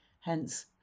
Hence